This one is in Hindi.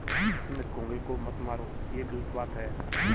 सुमित घोंघे को मत मारो, ये गलत बात है